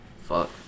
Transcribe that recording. fuck